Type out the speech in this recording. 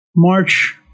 March